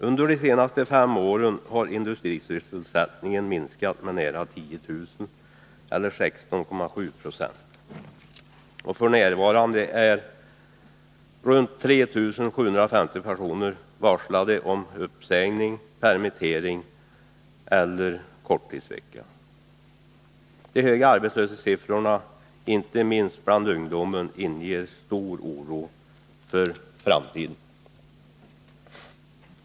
Under de senaste fem åren har industrisysselsättningen minskat med nära 10 000 personer eller 16,7 96, och f.n. är ca 3 750 personer varslade om uppsägning, permittering eller korttidsvecka. De höga arbetslöshetssiffrorna inte minst bland ungdomen inger stor oro för framtiden.